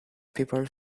people